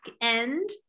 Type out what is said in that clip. end